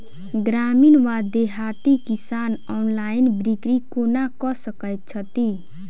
ग्रामीण वा देहाती किसान ऑनलाइन बिक्री कोना कऽ सकै छैथि?